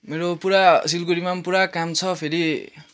मेरो पुरा सिलगढीमा पनि पुरा काम छ फेरि